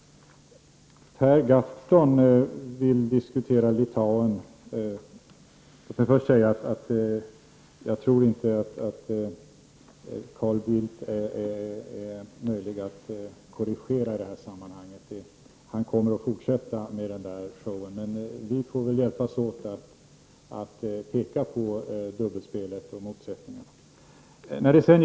Per Garthon vill diskutera Litauen. Låt mig först säga att jag tror inte att Carl Bildt är möjlig att korrigera i det sammanhanget. Han kommer att fortsätta med showen. Men vi får väl hjälpas åt att peka på dubbelspelet och motsättningarna.